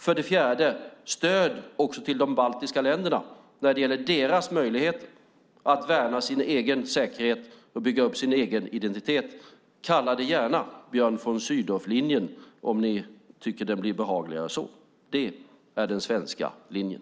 För det fjärde gäller det stöd till de baltiska länderna när det gäller deras möjligheter att värna sin egen säkerhet och bygga upp sin egen identitet. Kalla det gärna Björn von Sydow-linjen, om ni tycker att det blir behagligare så. Det är den svenska linjen.